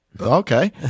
Okay